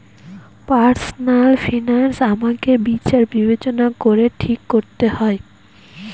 personal finance আমাকে বিচার বিবেচনা করে ঠিক করতে হয়